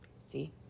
see